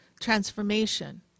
transformation